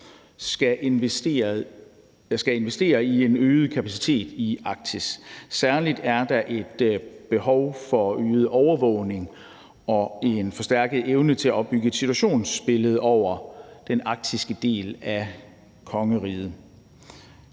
skal investere i en øget kapacitet i Arktis. Særlig er der et behov for øget overvågning og en forstærket evne til at opbygge et situationsbillede over den arktiske del af kongeriget.